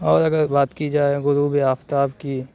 اور اگر بات کی جائے غروبِ آفتاب کی